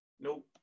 Nope